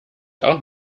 auch